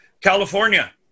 California